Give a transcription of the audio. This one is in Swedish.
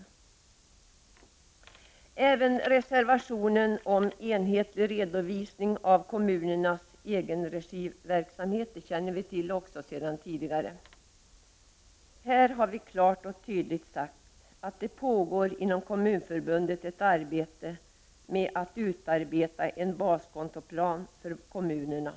Även reservationen om en enhetlig redovisning av kommunernas egenregiverksamhet känner vi till sedan tidigare. Här har vi klart och tydligt sagt att det inom Kommunförbundet pågår ett arbete med att utarbeta en baskontoplan för kommunerna.